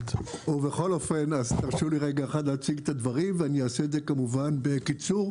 ובכל אופן אז תרשו לי כמובן להציג את הדברים ואני אעשה את כמובן בקיצור.